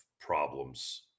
problems